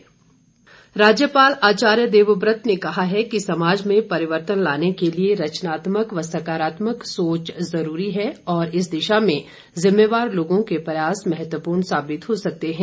राज्यपाल राज्यपाल आचार्य देवव्रत ने कहा है कि समाज में परिवर्तन लाने के लिए रचनात्मक व सकारात्मक सोच जरूरी है और इस दिशा में जिम्मेवार लोगों के प्रयास महत्वपूर्ण साबित हो सकते हैं